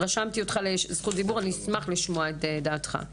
רשמתי אותך לרשות דיבור, ואשמח לשמוע את דעתך.